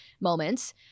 moments